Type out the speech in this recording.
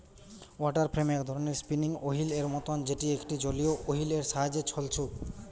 water frame এক ধরণের spinning wheel এর মতন যেটি একটা জলীয় ওহীল এর সাহায্যে ছলছু